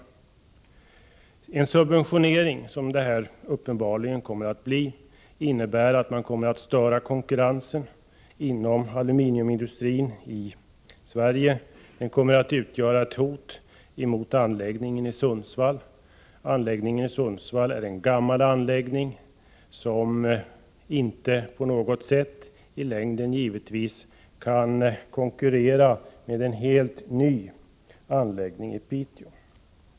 Den subventionering som det uppenbarligen kommer att bli innebär en störning av konkurrensen inom aluminiumindustrin i Sverige, och den kommer också att utgöra ett hot mot anläggningen i Sundsvall, som är en gammal anläggning som i längden inte på något sätt kan konkurrera med en helt ny anläggning i Piteå.